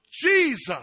Jesus